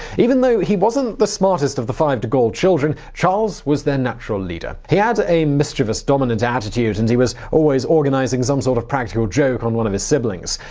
even though he wasn't the smartest of the five de gaulle children, charles was their natural leader. he had a mischievous, dominant attitude and he was always organizing some sort of practical joke on one of his siblings.